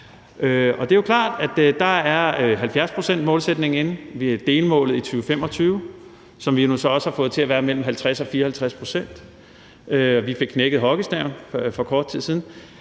Det er jo klart, at der er 70-procentsmålsætningen inde, vi har delmålet i 2025, som vi nu så også har fået til at være mellem 50 og 54 pct., og vi fik knækket hockeystaven for kort tid siden.